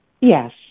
Yes